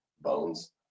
bones